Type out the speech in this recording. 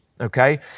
Okay